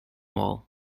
wall